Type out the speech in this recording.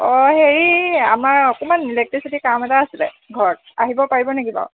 অঁ হেৰি আমাৰ অকমান ইলেক্ট্ৰিচিটিৰ কাম এটা আছিলে ঘৰত আহিব পাৰিব নেকি বাৰু